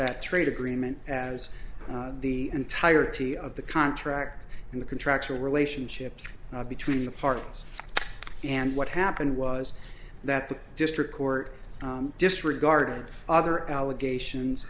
that trade agreement as the entirety of the contract and the contractual relationship between the particles and what happened was that the district court disregarded other allegations